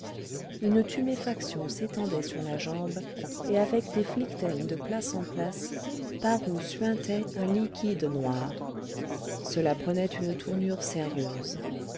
une tuméfaction livide s'étendait sur la jambe et avec des phlyctènes de place en place par où suintait un liquide noir cela prenait une tournure sérieuse